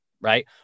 Right